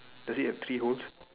does it have three holes